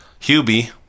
Hubie